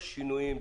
יש שינויים,